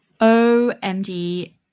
OMG